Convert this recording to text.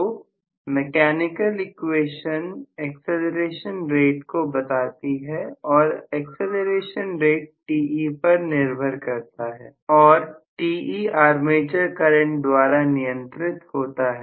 तो मैं क्या निकल इक्वेशन एक्सीलरेशन ब्रेड को बताती है और एक्सप्लेनेशन रेट Te पर निर्भर करता है और Te आर्मेचर करंट द्वारा नियंत्रित होता है